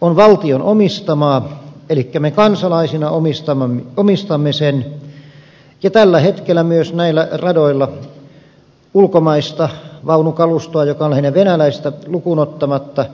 on valtion omistamaa elikkä me kansalaisina omistamme sen ja tällä hetkellä omistamme myös liikennekaluston näillä radoilla ulkomaista vaunukalustoa joka on venäläistä lukuun ottamatta